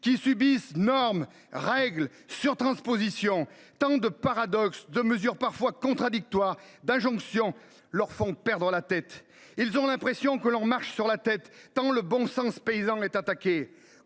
qui subissent normes, règles, surtranspositions. Tant de paradoxes, de mesures parfois contradictoires, d’injonctions leur font perdre la tête ! Ils ont l’impression que l’on marche sur la tête, tant le bon sens paysan est attaqué.